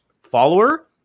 follower